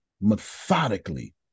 methodically